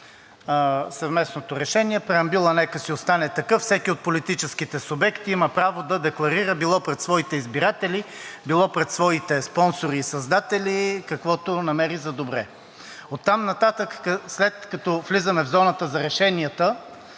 съвместното решение. Преамбюлът нека си остане такъв. Всеки от политическите субекти има право да декларира било пред своите избиратели, било пред своите спонсори и създатели, каквото намери за добре. Оттам нататък, след като влизаме в зоната за решенията,